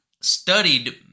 studied